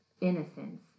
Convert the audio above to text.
innocence